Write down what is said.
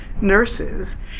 nurses